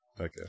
okay